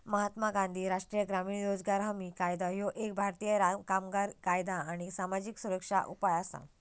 महात्मा गांधी राष्ट्रीय ग्रामीण रोजगार हमी कायदा ह्यो एक भारतीय कामगार कायदा आणि सामाजिक सुरक्षा उपाय असा